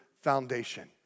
foundation